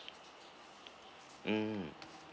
mm